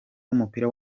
w’umupira